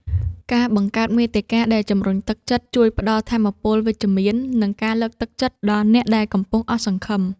ការបង្កើតមាតិកាដែលជម្រុញទឹកចិត្ត ជួយផ្តល់ថាមពលវិជ្ជមាន និងការលើកទឹកចិត្តដល់អ្នកដែលកំពុងអស់សង្ឃឹម។